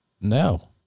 No